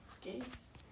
games